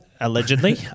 allegedly